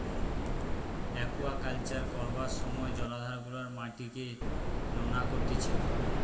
aquaculture করবার সময় জলাধার গুলার মাটিকে নোনা করতিছে